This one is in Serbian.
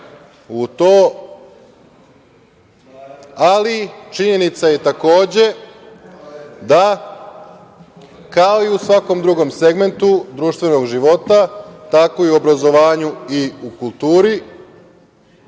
ali činjenica je, takođe, da, kao i u svakom drugom segmentu društvenog života, tako i u obrazovanju i u kulturi,